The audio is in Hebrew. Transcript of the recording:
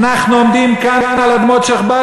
אתה עומד על שיח'-באדר.